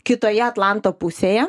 kitoje atlanto pusėje